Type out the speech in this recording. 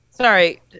Sorry